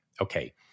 Okay